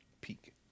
Peak